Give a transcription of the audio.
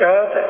God